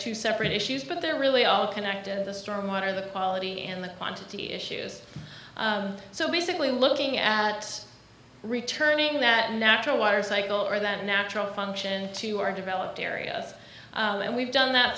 two separate issues but they're really all connected to the storm water the quality and the quantity issues so basically looking at returning that natural water cycle or that natural function to our developed areas and we've done that